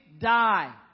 die